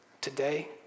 today